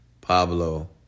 Pablo